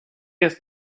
ist